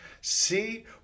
see